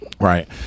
right